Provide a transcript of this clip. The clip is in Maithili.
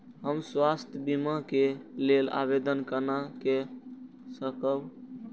हम स्वास्थ्य बीमा के लेल आवेदन केना कै सकब?